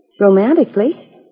Romantically